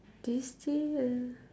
this tree uh